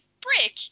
Brick